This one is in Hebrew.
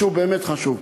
שהוא באמת חשוב.